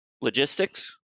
Logistics